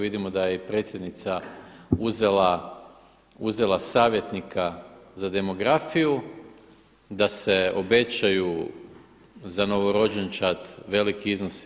Vidimo da je i predsjednica uzela savjetnika za demografiju, da se obećaju za novorođenčad veliki iznosi.